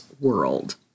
world